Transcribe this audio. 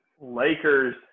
Lakers